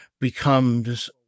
becomes